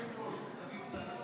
חבר הכנסת פינדרוס, פינדרוס,